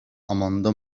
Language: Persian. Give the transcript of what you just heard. آماندا